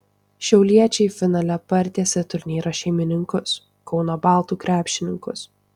šiauliečiai finale partiesė turnyro šeimininkus kauno baltų krepšininkus